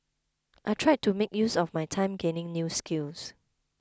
I tried to make use of my time gaining new skills